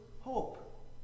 hope